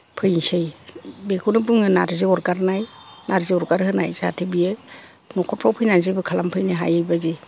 फैनोसै बेखौनो बुङो नार्जि अरगारनाय नार्जि अरगार होनाय जाहाथे बियो नखरफोराव फैनानै जेबो खालामनो हायिनि